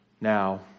now